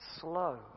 slow